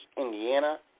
Indiana